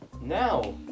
now